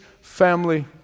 family